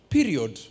Period